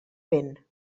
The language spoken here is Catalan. vent